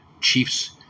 Chiefs